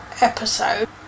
episode